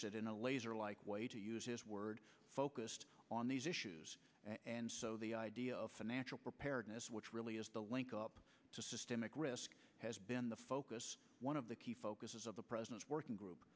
said in a laser like way to use his word focused on these issues and so the idea of financial preparedness which really is the link up to systemic risk has been the focus one of the key focuses of the president's working group